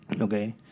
Okay